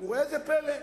וראה זה פלא,